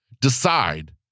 decide